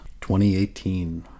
2018